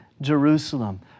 Jerusalem